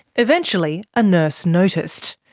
eventually, a nurse noticed.